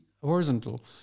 horizontal